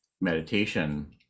meditation